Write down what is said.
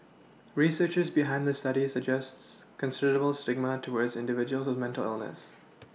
researchers behind the study suggests considerable stigma towards individuals with mental illness